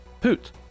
Poot